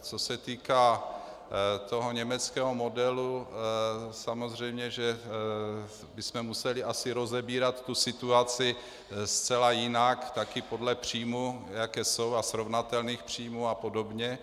Co se týká německého modelu, samozřejmě že bychom museli asi rozebírat situaci zcela jinak, také podle příjmů, jaké jsou, a srovnatelných příjmů apod.